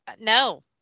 no